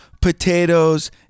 potatoes